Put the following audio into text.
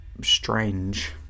strange